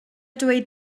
dweud